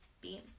beam